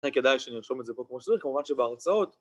לכן ‫כדאי שנרשום את זה פה כמו שצריך, ‫כמובן שבהרצאות...